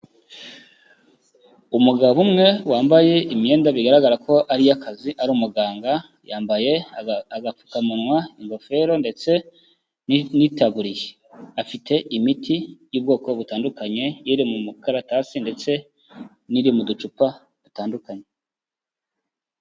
Umugabo umwe wambaye imyenda bigaragara ko ari iyo akazi ari umuganga, yambaye agapfukamunwa, ingofero ndetse n'itaburiya, afite imiti y'ubwoko butandukanye, iri mu mukarakasi ndetse n'iri mu ducupa dutandukanye.